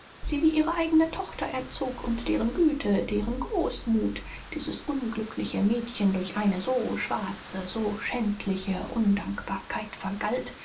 sie wie ihre eigene tochter erzog und deren güte deren großmut dieses unglückliche mädchen durch eine so schwarze so schändliche undankbarkeit vergalt